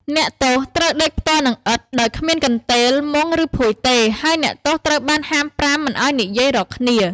អ្នកទោសត្រូវដេកផ្ទាល់នឹងឥដ្ឋ ដោយគ្មានកន្ទេល មុង ឬភួយទេ ហើយអ្នកទោសត្រូវបានហាមប្រាមមិនឱ្យនិយាយ រកគ្នា ។